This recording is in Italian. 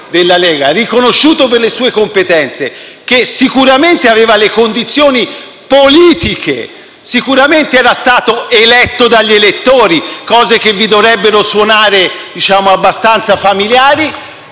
della Lega riconosciuto per le sue competenze, che sicuramente aveva le condizioni politiche (sicuramente era stato eletto dagli elettori, cosa che vi dovrebbe suonare abbastanza familiare),